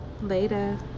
Later